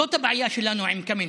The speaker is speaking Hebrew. זאת הבעיה שלנו עם קמיניץ,